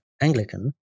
Anglican